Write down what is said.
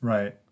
Right